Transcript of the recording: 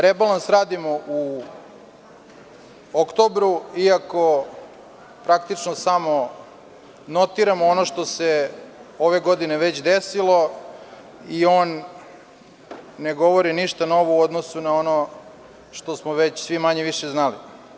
Rebalans radimo u oktobru, iako praktično samo notiramo ono što se ove godine već desilo i on ne govori ništa novo u odnosu na ono što smo već svi manje-više znali.